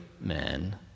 men